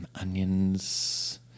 onions